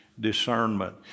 discernment